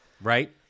right